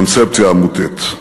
הקונספציה המוטעית.